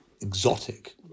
exotic